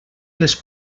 les